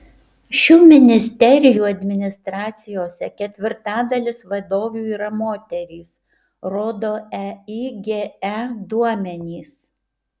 šių ministerijų administracijose ketvirtadalis vadovių yra moterys rodo eige duomenys